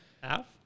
half